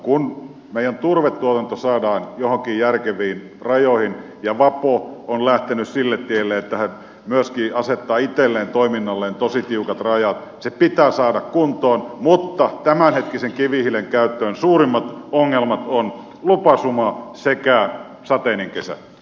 kun meidän turvetuotanto saadaan joihinkin järkeviin rajoihin ja vapo on lähtenyt sille tielle että he myöskin asettavat itselleen toiminnalleen tosi tiukat rajat se pitää saada kuntoon mutta tämänhetkiseen kivihiilenkäyttöön suurimmat syyt ovat lupasuma sekä sateinen kesä